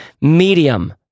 medium